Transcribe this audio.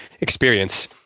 experience